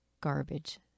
garbage